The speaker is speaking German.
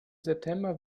september